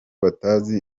batazi